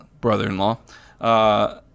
brother-in-law